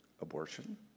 abortion